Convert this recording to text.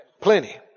Plenty